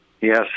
yes